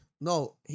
No